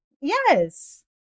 yes